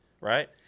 right